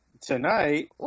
Tonight